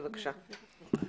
בבקשה.